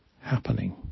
happening